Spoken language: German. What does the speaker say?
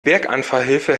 berganfahrhilfe